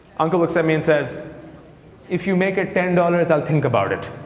uncle looks at me and says if you make it ten dollars, i'll think about it.